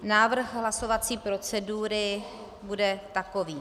Návrh hlasovací procedury bude takový: